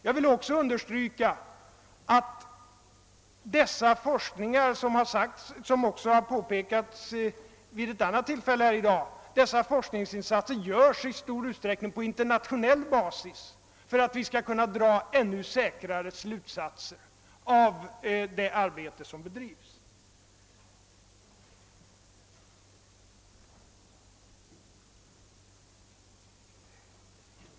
Jag vill också understryka att dessa forskningsin satser — det har redan påpekats vid ett annat tillfälle här i dag — i stor utsträckning görs på internationell basis för att vi skall kunna dra ännu säkrare slutsatser av det arbete som bedrivs.